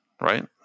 right